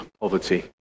poverty